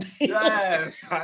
Yes